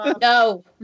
No